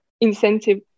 incentive